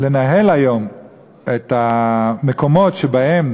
לנהל היום את המקומות שבהם